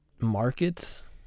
markets